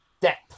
depth